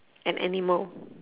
an animal